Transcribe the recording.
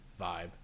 vibe